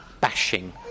bashing